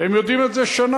הם יודעים את זה שנה.